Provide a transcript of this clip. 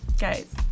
Guys